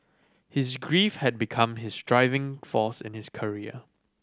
his grief had become his driving force in his career